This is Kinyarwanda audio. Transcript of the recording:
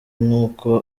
nkuko